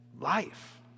life